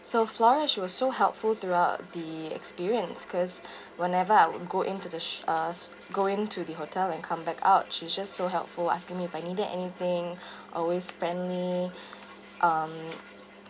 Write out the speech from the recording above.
so flora she was so helpful throughout the experience cause whenever I would go into the uh going to the hotel and come back out she's just so helpful asking me if I needed anything always friendly um